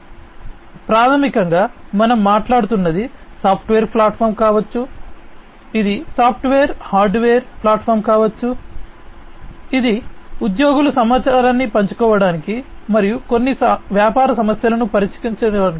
కాబట్టి ప్రాథమికంగా మనం మాట్లాడుతున్నది సాఫ్ట్వేర్ ప్లాట్ఫారమ్ కావచ్చు ఇది సాఫ్ట్వేర్ హార్డ్వేర్ ప్లాట్ఫారమ్ కావచ్చు ఇది సహాయపడుతుంది ఉద్యోగులు సమాచారాన్ని పంచుకోవడానికి మరియు కొన్ని వ్యాపార సమస్యలను పరిష్కరించడానికి